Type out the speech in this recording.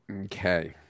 Okay